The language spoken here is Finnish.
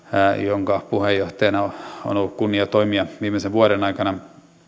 jonka puheenjohtajana on ollut kunnia toimia viimeisen vuoden aikana